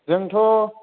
जोंथ'